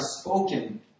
spoken